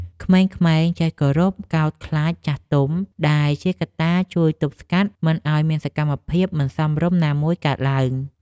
ក្មេងៗចេះគោរពកោតខ្លាចចាស់ទុំ ដែលជាកត្តាជួយទប់ស្កាត់មិនឱ្យមានសកម្មភាពមិនសមរម្យណាមួយកើតឡើង។